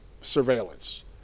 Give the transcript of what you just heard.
surveillance